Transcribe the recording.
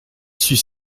suis